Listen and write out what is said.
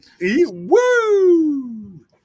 Woo